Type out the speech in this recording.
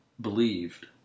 believed